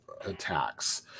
attacks